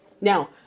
Now